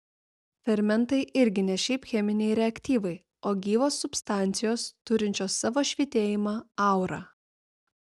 fermentai irgi ne šiaip cheminiai reaktyvai o gyvos substancijos turinčios savo švytėjimą aurą